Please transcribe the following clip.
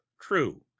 true